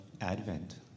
Advent